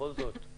בכל זאת,